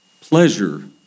pleasure